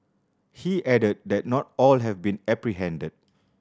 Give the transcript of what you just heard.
he added that not all have been apprehended